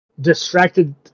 distracted